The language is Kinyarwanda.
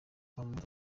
muhamud